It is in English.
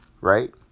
right